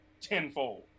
tenfold